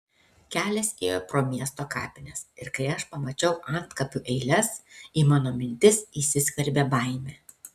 kelias ėjo pro miesto kapines ir kai aš pamačiau antkapių eiles į mano mintis įsiskverbė baimė